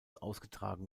ausgetragen